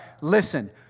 Listen